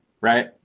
Right